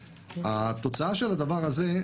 התוצאה של הדבר זה,